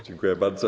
Dziękuję bardzo.